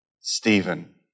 Stephen